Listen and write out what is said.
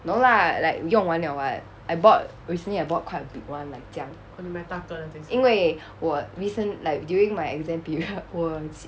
no lah like 用完 liao I bought recently I bought quite a big one like 这样因为我 recent like during my exam period 我